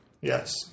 Yes